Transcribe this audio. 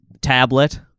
tablet